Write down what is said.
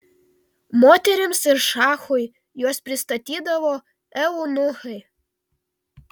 moterims ir šachui juos pristatydavo eunuchai